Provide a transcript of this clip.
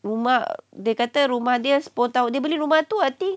rumah dia kata rumah dia sepuluh tahun dia beli rumah tu I think